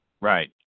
Right